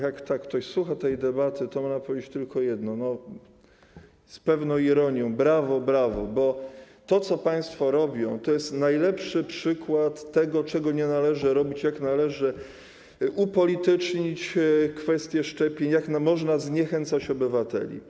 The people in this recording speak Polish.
Jak tak ktoś słucha tej debaty, to można powiedzieć tylko jedno z pewną ironią: brawo, brawo, bo to, co państwo robią, to jest najlepszy przykład tego, czego nie należy robić, jak należy upolitycznić kwestie szczepień, jak można zniechęcać obywateli.